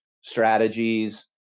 strategies